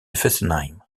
fessenheim